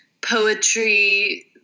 poetry